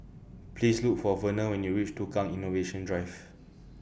Please Look For Verner when YOU REACH Tukang Innovation Drive